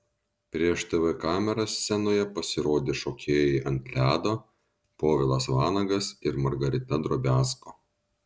prieš tv kameras scenoje pasirodė šokėjai ant ledo povilas vanagas ir margarita drobiazko